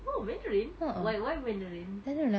oh mandarin why why mandarin